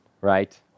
right